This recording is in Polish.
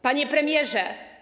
Panie Premierze!